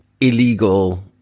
illegal